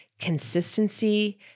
consistency